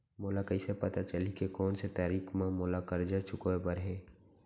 मोला कइसे पता चलही के कोन से तारीक म मोला करजा चुकोय बर हे?